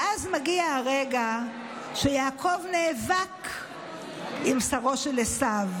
ואז מגיע הרגע שיעקב נאבק עם שרו של עשו.